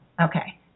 Okay